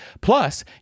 Plus